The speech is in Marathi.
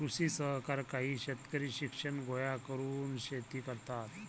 कृषी सहकार काही शेतकरी शिक्षण गोळा करून शेती करतात